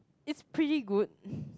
it's pretty good